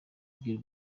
kugira